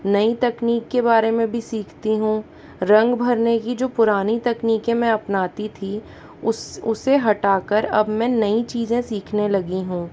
नई तकनीक के बारे में भी सीखती हूँ रंग भरने की जो पुरानी तकनीकें मैं अपनाती थी उस उसे हटाकर अब मैं नई चीज़ें सीखने लगी हूँ